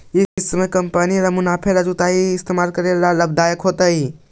ई समय कंपनी के लिए मुनाफे ला जुताई का इस्तेमाल करना लाभ दायक होतई